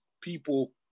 people